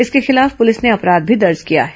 इसके खिलाफ पुलिस ने अपराध भी दर्ज किया है